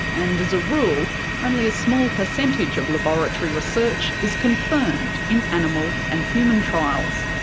and as a rule only a small percentage of laboratory research is confirmed in animal and human trials.